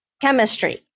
chemistry